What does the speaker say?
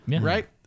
right